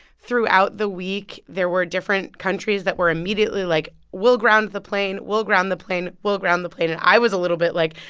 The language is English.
throughout the week, there were different countries that were immediately like, we'll ground the plane. we'll ground the plane. we'll ground the plane. and i was a little bit like,